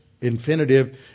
infinitive